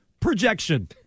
projection